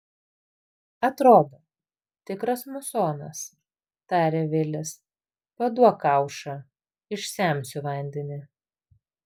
atrodo tikras musonas tarė vilis paduok kaušą išsemsiu vandenį